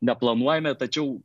neplanuojame tačiau